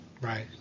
Right